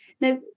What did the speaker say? Now